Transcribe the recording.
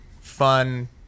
fun